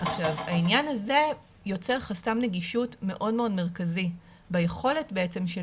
העניין הזה יוצר חסם נגישות מאוד מרכזי ביכולת בעצם של